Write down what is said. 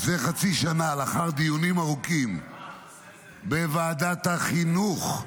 לפני חצי שנה, לאחר דיונים ארוכים בוועדת החינוך,